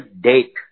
date